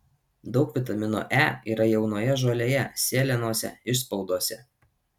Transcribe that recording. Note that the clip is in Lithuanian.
daug vitamino e yra jaunoje žolėje sėlenose išspaudose